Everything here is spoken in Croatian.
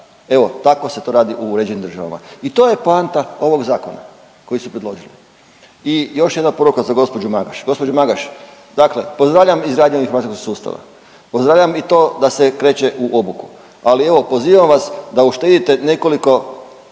Evo tako se to radi u uređenim državama i to je poanta ovog zakona koji su predložili. I još jedna poruka za gospođu Magaš. Gospođo Magaš dakle pozdravljam izgradnju … sustava, pozdravljam i to da se kreće u obuku, ali evo pozivam vas da uštedite nekoliko